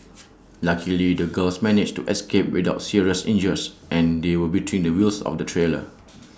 luckily the girls managed to escape without serious injuries and they were between the wheels of the trailer